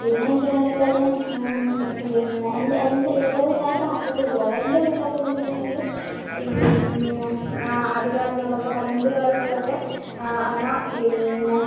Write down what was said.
പിന്നെന്ന് വെച്ചിട്ടുണ്ടെങ്കില് അതിനെ പിന്നെ എൻ്റെ എൻ്റെ അതായത് ഞാൻ ഇപ്പോൾ ഹസ്ബന്റിൻ്റെ വീട്ടിലാ ഉള്ളേ എൻ്റെ വീട്ടിൽ ഒക്കെന്ന് വെച്ചിട്ടുണ്ടെങ്കില് പിന്നെ ആദ്യ കാലങ്ങളിലൊക്കെ പണ്ട് കാലങ്ങളിലൊക്കെ അമ്മ പിന്നെ